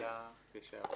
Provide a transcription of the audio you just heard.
יש לי הערה